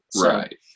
Right